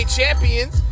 champions